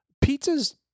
pizza's